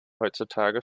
heutzutage